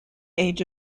age